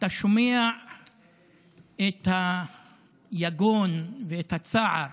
ואתה שומע את היגון ואת הצער